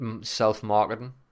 self-marketing